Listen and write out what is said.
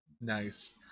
Nice